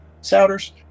Souders